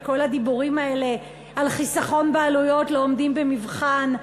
שכל הדיבורים האלה על חיסכון בעלויות לא עומדים במבחן,